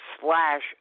slash